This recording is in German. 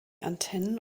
antennen